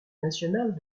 nationale